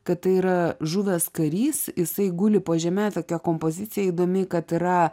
kad tai yra žuvęs karys jisai guli po žeme tokia kompozicija įdomi kad yra